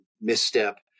misstep